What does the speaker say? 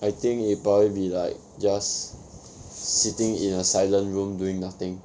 I think it'd probably be like just sitting in a silent room doing nothing